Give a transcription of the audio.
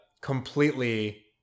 Completely